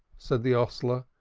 said the hostler,